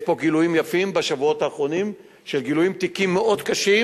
יש פה גילויים יפים בשבועות האחרונים של תיקים מאוד קשים.